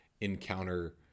encounter